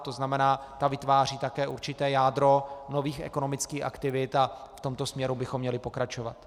To znamená, ta vytváří také určité jádro nových ekonomických aktivit a v tomto směru bychom měli pokračovat.